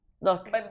look